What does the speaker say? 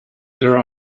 there